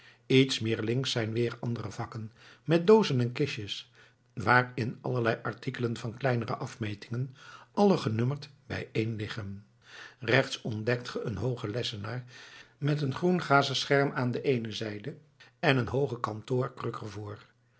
iets meer links zijn weer andere vakken met doozen en kistjes waarin allerlei artikelen van kleinere afmetingen alle genummerd bijeenliggen rechts ontdekt ge een hoogen lessenaar met een groengazen scherm aan de eene zijde en een hooge kantoorkruk er